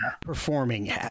performing